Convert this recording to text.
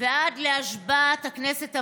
ועד להשבעת הכנסת הבאה,